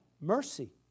Mercy